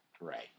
Right